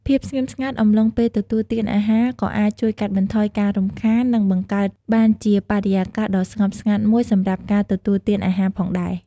ភាពស្ងៀមស្ងាត់អំឡុងពេលទទួលទានអាហារក៏អាចជួយកាត់បន្ថយការរំខាន និងបង្កើតបានជាបរិយាកាសដ៏ស្ងប់ស្ងាត់មួយសម្រាប់ការទទួលទានអាហារផងដែរ ។